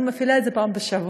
היא מפעילה את זה פעם בשבוע.